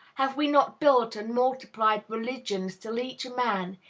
have we not built and multiplied religions, till each man,